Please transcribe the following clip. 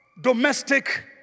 domestic